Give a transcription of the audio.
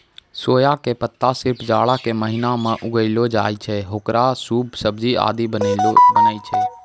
सोया के पत्ता सिर्फ जाड़ा के महीना मॅ उगैलो जाय छै, हेकरो सूप, सब्जी आदि बनै छै